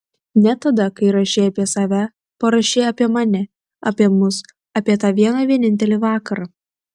net tada kai rašei apie save parašei apie mane apie mus apie tą vieną vienintelį vakarą